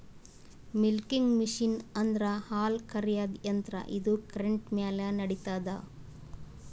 milking machine ಅಂದ್ರ ಹಾಲ್ ಕರ್ಯಾದ್ ಯಂತ್ರ ಇದು ಕರೆಂಟ್ ಮ್ಯಾಲ್ ನಡಿತದ್